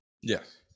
yes